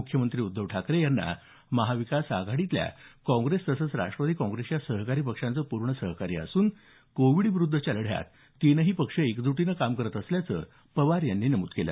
मुख्यमंत्री उद्धव ठाकरे यांना महाविकास आघाडीतल्या काँग्रेस तसंच राष्ट्रवादी काँग्रेसच्या सहकारी पक्षांचं पूर्ण सहकार्य असून कोविड विरुद्धच्या लढ्यात तीनही पक्ष एकज्टीने काम करत असल्याचं पवार यांनी नमूद केलं